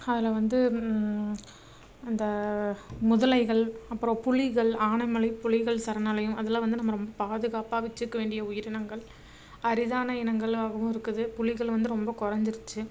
அதில் வந்து அந்த முதலைகள் அப்புறம் புலிகள் ஆனமலை புலிகள் சரணாலயம் அதெல்லாம் வந்து நம்ம ரொம்ப பாதுகாப்பாக வெச்சுக்க வேண்டிய உயிரினங்கள் அரிதான இனங்களாகவும் இருக்குது புலிகள் வந்து ரொம்ப குறைஞ்சிருச்சு